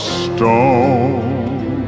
stone